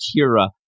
kira